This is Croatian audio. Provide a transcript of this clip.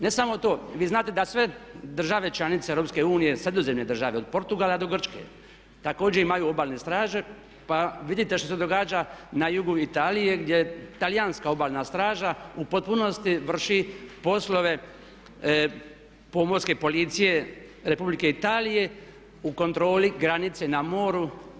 Ne samo to, vi znate da sve države članice EU, sredozemne države, od Portugala do Grčke također imaju Obalne straže pa vidite što se događa na jugu Italije gdje Talijanska obalna straža u potpunosti vrši poslove pomorske policije Republike Italije u kontroli granice na moru.